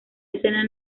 escena